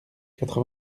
quatre